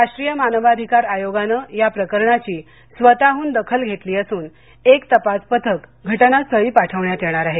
राष्ट्रीय मानवाधिकार आयोगानं या प्रकरणाची स्वतःहन दाखल धेतली असून एक तपास पथक घटनास्थळी पाठवण्यात येणार आहे